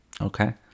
okay